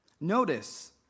Notice